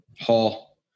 Hall